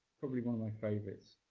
probably one of my favourites.